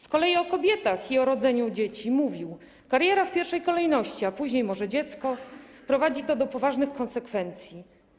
Z kolei o kobietach i o rodzeniu dzieci mówił: kariera w pierwszej kolejności, a później może dziecko, prowadzi to do poważnych konsekwencji.